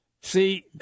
See